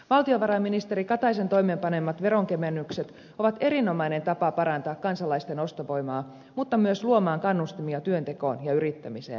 valtiovarainministeri kataisen toimeenpanemat veronkevennykset ovat erinomainen tapa parantaa kansalaisten ostovoimaa mutta myös luoda kannustimia työntekoon ja yrittämiseen